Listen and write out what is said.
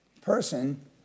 person